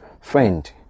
Friend